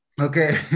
Okay